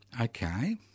Okay